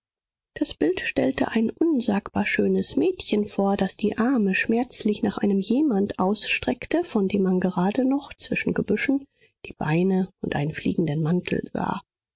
das bild stellte ein unsagbar schönes mädchen vor das die arme schmerzlich nach einem jemand ausstreckte von dem man gerade noch zwischen gebüschen die beine und einen fliegenden mantel sah